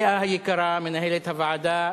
לאה היקרה, מנהלת הוועדה,